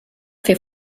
fer